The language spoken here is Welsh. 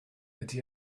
ydy